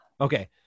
Okay